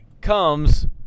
comes